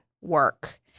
work